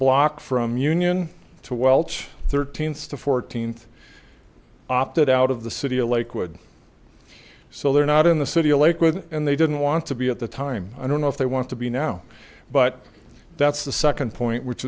block from union to welsh thirteenth the fourteenth opted out of the city of lakewood so they're not in the city a lake with and they didn't want to be at the time i don't know if they want to be now but that's the second point which